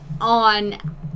on